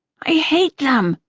i hate them.